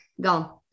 gone